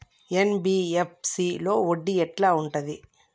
NBFC లో వడ్డీ ఎట్లా ఉంటది?